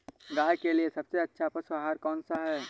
गाय के लिए सबसे अच्छा पशु आहार कौन सा है?